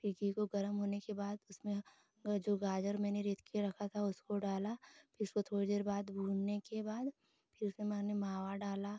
फिर घी को गर्म होने के बाद उसमें जो गाजर मैने रेत के रखा था उसमें डाला उसको थोड़ी देर बाद भूनने के बाद फिर उसमें मैने मावा डाला